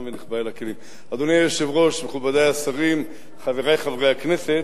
אדוני היושב-ראש, מכובדי השרים, חברי חברי הכנסת,